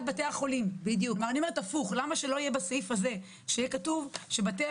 וזה נובע לשיטת בתי החולים בגלל כל מיני סיבות של יתרון יחסי